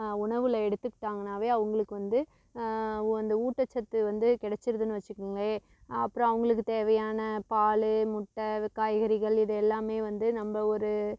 உணவுல எடுக்கிட்டாங்கன்னாவே அவங்களுக்கு வந்து அந்த ஊட்டச்சத்து வந்து கிடச்சிடுதுன்னு வச்சிக்கோங்களேன் அப்புறம் அவங்களுக்கு தேவையான பால் முட்டை காய்கறிகள் இது எல்லாமே வந்து நம்ம ஒரு